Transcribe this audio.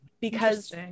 because-